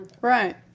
Right